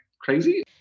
crazy